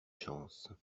chances